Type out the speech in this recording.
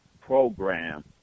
program